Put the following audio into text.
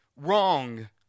wrong